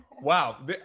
wow